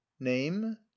name